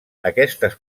aquestes